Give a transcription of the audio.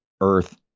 earth